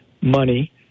Money